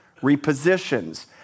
repositions